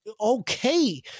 Okay